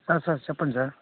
sir చెప్పండి sir